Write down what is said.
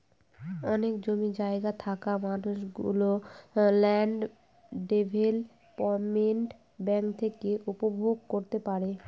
অনেক জমি জায়গা থাকা মানুষ গুলো ল্যান্ড ডেভেলপমেন্ট ব্যাঙ্ক থেকে উপভোগ করতে পারে